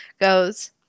goes